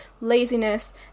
laziness